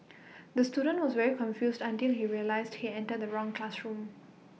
the student was very confused until he realised he entered the wrong classroom